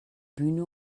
bühne